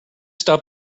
stop